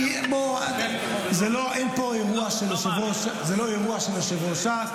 זה לא אירוע של יושב-ראש ש"ס,